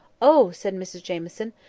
oh! said mrs jamieson,